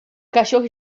cachorro